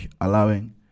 allowing